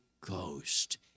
Ghost